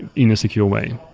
in a secure way.